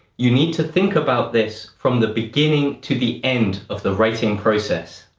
you need to think about this from the beginning to the end of the writing process.